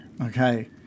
okay